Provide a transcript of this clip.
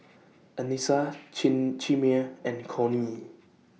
Anissa Chimere and Cornie